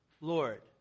Lord